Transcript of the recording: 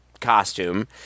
costume